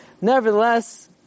nevertheless